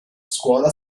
scuola